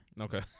Okay